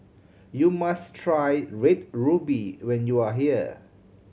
you must try Red Ruby when you are here